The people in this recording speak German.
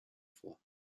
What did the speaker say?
vor